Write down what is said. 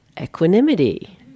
Equanimity